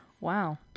Wow